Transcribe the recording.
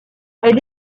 elle